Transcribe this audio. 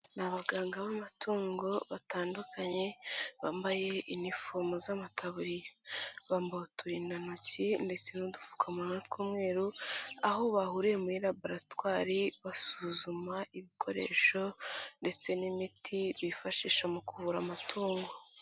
Ni abaganga b'amatungo batandukanye bambaye inifomo z'amataburiya. Bambaye uturindantoki ndetse n’udupfukamunwa tw’umweru aho bahuriye muri laboratwari basuzuma ibikoresho ndetse n’imiti bifashisha mu kuvura amatungo.